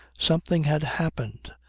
something had happened